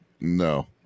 No